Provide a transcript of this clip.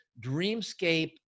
Dreamscape